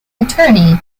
attorney